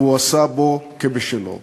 והוא עשה בו כבשלו: